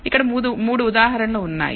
ఇక్కడ 3 ఉదాహరణలు ఉన్నాయి